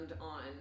on